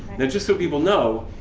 now, just so people know,